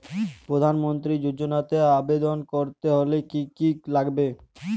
প্রধান মন্ত্রী যোজনাতে আবেদন করতে হলে কি কী লাগবে?